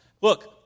look